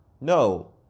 No